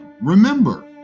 remember